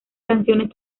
canciones